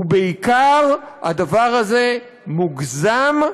ובעיקר, הדבר הזה מוגזם,